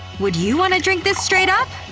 would you wanna drink this straight up?